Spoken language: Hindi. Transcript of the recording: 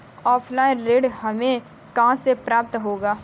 ऑफलाइन ऋण हमें कहां से प्राप्त होता है?